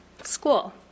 school